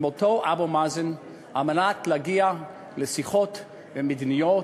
עם אותו אבו מאזן על מנת להגיע לשיחות מדיניות,